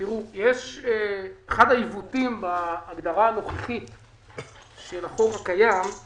אחד העיוותים בהגדרה הנוכחית של החוק הקיים הוא